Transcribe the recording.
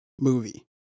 movie